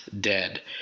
dead